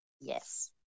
Yes